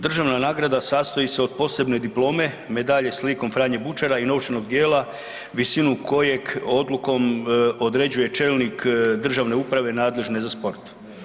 Državna nagrada sastoji se od posebne diplome, medalje s likom Franje Bučara i novčanog djela visinu kojeg odlukom određuje čelnik državne uprave nadležne za sport.